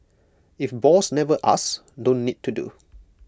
if boss never asks don't need to do